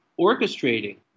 orchestrating